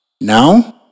Now